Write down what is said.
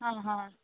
ਹਾਂ ਹਾਂ